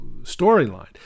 storyline